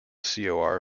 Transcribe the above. cor